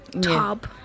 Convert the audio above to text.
Top